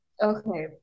Okay